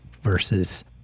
Versus